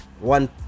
One